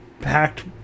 packed